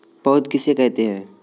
पौध किसे कहते हैं?